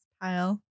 pile